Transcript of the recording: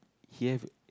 he have